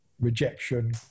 rejection